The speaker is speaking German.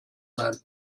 sein